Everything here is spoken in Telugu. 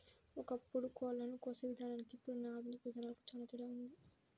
ఒకప్పుడు కోళ్ళను కోసే విధానానికి ఇప్పుడున్న ఆధునిక విధానాలకు చానా తేడా ఉంది